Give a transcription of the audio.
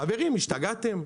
חברים, השתגעתם?